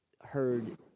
heard